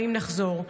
האם נחזור?